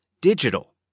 digital